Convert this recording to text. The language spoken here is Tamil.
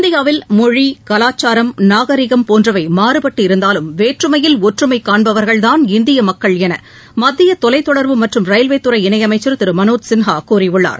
இந்தியாவில் மொழி கலாச்சாரம் நாகரீகம் போன்றவை மாறுபட்டு இருந்தாலும் வேற்றுமையில் ஒற்றுமை காண்பவர்கள்தான் இந்திய மக்கள் என மத்திய தொலைத் தொடர்பு மற்றும் ரயில்வே துறை இணையமைச்சர் திரு மனோஜ் சின்ஹா கூறியுள்ளார்